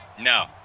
No